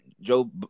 Joe